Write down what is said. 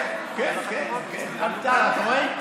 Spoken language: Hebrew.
כן, כן, כן, אתה רואה?